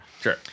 Sure